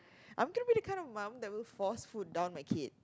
I'm trying to be that kind of mum that will force food down my kid